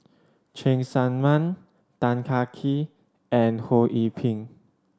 Cheng Tsang Man Tan Kah Kee and Ho Yee Ping